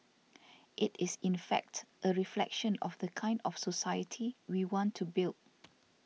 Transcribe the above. it is in fact a reflection of the kind of society we want to build